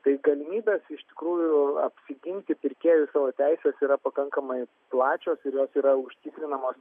tai galimybės iš tikrųjų apsiginti pirkėjui savo teises yra pakankamai plačios ir jos yra užtikrinamos